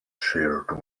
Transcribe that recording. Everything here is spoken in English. shared